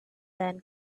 then